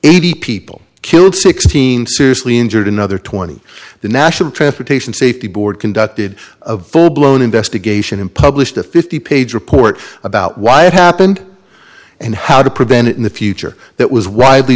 eighty people killed sixteen seriously injured another twenty the national transportation safety board conducted of full blown investigation and published a fifty page report about why it happened and how to prevent it in the future that was widely